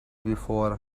before